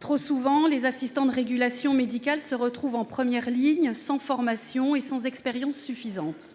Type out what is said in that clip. Trop souvent, les assistants de régulation médicale se retrouvent en première ligne sans formation ni expérience suffisantes.